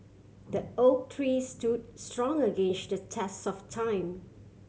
the oak tree stood strong against the test of time